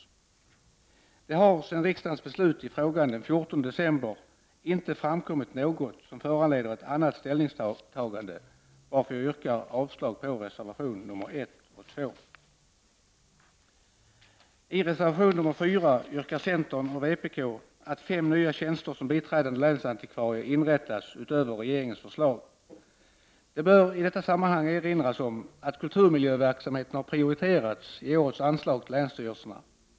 Sedan riksdagen fattade beslut i frågan den 14 december har inte något framkommit som föranleder ett annat ställningstagande, varför jag yrkar avslag på reservationerna nr 1 och 2. I reservation nr 4 yrkar centern och vpk att fem nya tjänster som biträdande länsantikvarie inrättas utöver regeringens förslag. Det bör i detta sammanhang erinras om att kulturmiljöverksamheten har prioriterats i årets anslag till länsstyrelserna.